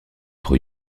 trop